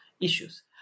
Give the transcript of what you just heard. issues